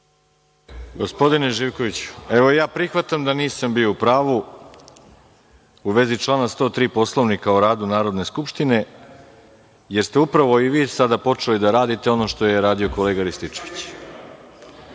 Gospodine Živkoviću, evo ja prihvatam da nisam bio u pravu u vezi člana 103. Poslovnika o radu Narodne skupštine, jer ste upravo i vi počeli da radite ono što je radio kolega Rističević.(Zoran